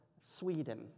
Sweden